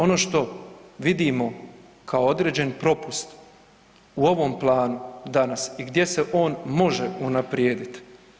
Ono što vidimo kao određen propust u ovom planu danas i gdje se on može unaprijedit.